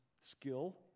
skill